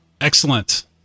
excellent